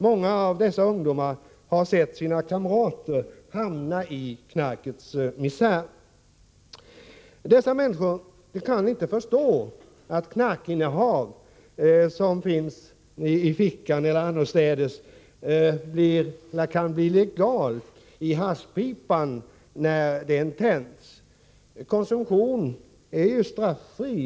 Många av dessa ungdomar har sett sina kamrater hamna i knarkets misär. Dessa människor kan inte förstå att knark, som finns i fickan eller annorstädes, kan bli legalt när det hamnar i haschpipan och denna tänds. Konsumtion är straffri.